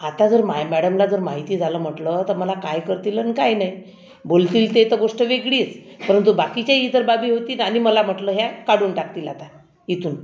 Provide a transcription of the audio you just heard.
आता जर माझ्या मॅडमना जर माहिती झालं म्हटलं तर मला काय करतील आणि काय नाही बोलतील ते तर गोष्ट वेगळीच परंतु बाकीच्याही इतर बाबी होतीत आणि मला म्हटलं ह्या काढून टाकतील आता इथून